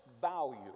value